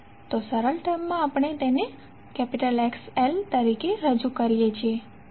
તો સરળ ટર્મમાં આપણે તેને XL તરીકે રજૂ કરીએ છીએ